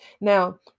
Now